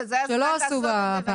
וזה הזמן לעשות את זה.